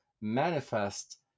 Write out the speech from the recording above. manifest